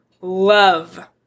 love